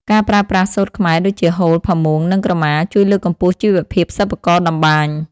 ការប្រើប្រាស់សូត្រខ្មែរដូចជា ហូល ផាមួង និងក្រមា ជួយលើកកម្ពស់ជីវភាពសិប្បករតម្បាញ។